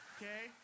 okay